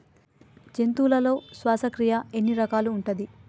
జంతువులలో శ్వాసక్రియ ఎన్ని రకాలు ఉంటది?